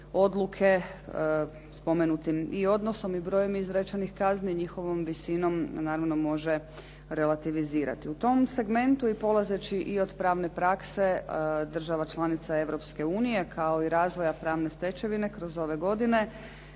odluke spomenutim i odnosom i brojem izrečenih kazni, njihovom visinom naravno može relativizirati. U tom segmentu i polazeći i od pravne prakse država članica Europske unije kao i razvoja pravne stečevine kroz ove godine,